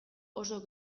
oso